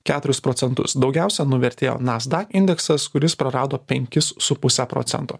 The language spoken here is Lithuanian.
keturis procentus daugiausia nuvertėjo nasdaq indeksas kuris prarado penkis su puse procento